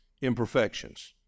imperfections